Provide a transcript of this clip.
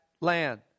land